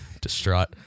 distraught